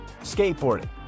Skateboarding